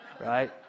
right